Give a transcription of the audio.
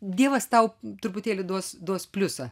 dievas tau truputėlį duos duos pliusą